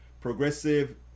progressive